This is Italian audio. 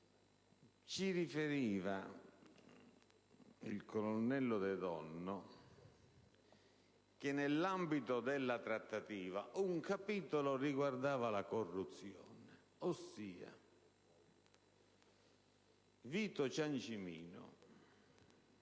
Ci riferiva il colonnello De Donno che, nell'ambito della trattativa, un capitolo riguardava la corruzione. Ossia, Vito Ciancimino,